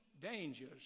dangers